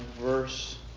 verse